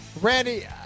Randy